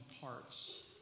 parts